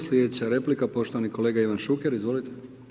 Sljedeća replika poštovani kolega Ivan Šuker, izvolite.